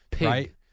right